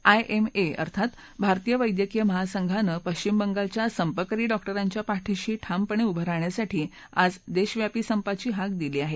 IMA अर्थात भारतीय वैद्यकीय महासंघाने पश्चिम बंगालच्या संपकरी डॉक्टिंच्या पाठीशी ठामपणे उभे राहण्यासाठी आज देशव्यापी संपाची हाक दिली आहे